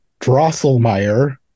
drosselmeyer